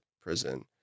prison